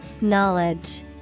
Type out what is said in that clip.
Knowledge